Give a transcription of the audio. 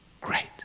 great